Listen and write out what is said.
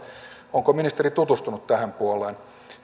onko ministeri tutustunut tähän puoleen